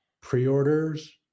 Pre-orders